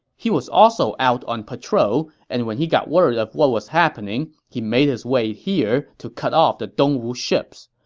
he was also out on patrol, and when he got word of what was happening, he made his way here to cut off the dongwu ships.